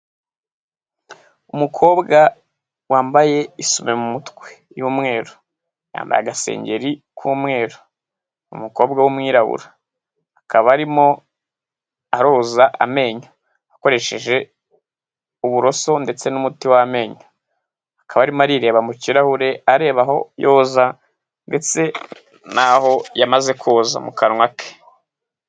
Umukobwa wambaye isume mu mutwe y'umweru yambaye agasengeri k'umweru umukobwa w'umwirabura akaba arimo aroza amenyo akoresheje uburoso ndetse n'umuti w'amenyo akaba arimo arireba mu kirahure areba aho yoza ndetse nho yamaze kuza mu kanwa ke.